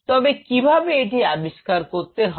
তবে কীভাবে এটি আবিষ্কার করতে হবে